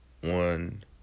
one